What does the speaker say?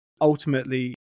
ultimately